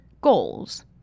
goals